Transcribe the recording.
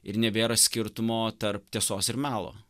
ir nebėra skirtumo tarp tiesos ir melo